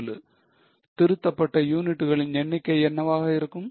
4 திருத்தப்பட்ட யூனிட்டுகளின் எண்ணிக்கை என்னவாக இருக்கும்